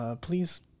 please